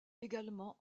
également